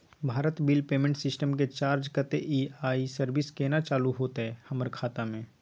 Bharat bill payment system के charge कत्ते इ आ इ सर्विस केना चालू होतै हमर खाता म?